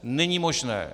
Není možné.